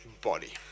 body